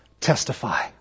testify